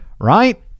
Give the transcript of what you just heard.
right